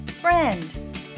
Friend